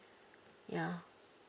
ya